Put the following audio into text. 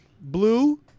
Blue